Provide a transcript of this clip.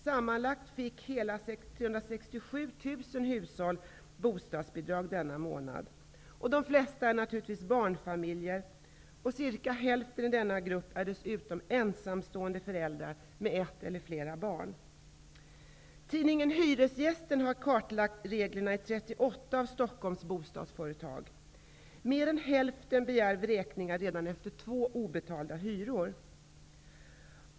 Sammanlagt fick hela 367 000 hushåll bostadsbidrag denna månad. De flesta är naturligtvis barnfamiljer, och cirka hälften i denna grupp är dessutom ensamstående föräldrar med ett eller flera barn. Stockholms bostadsföretag. Mer än hälften begär vräkningar redan efter två obetalda hyror.